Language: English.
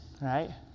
right